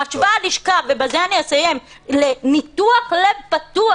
משווה הלשכה, ובזה אני אסיים, לניתוח לב פתוח.